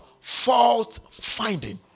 Fault-finding